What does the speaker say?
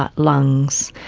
ah lungs,